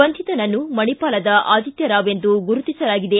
ಬಂಧಿತನನ್ನು ಮಣಿಪಾಲದ ಆದಿತ್ಯರಾವ್ ಎಂದು ಗುರುತಿಸಲಾಗಿದೆ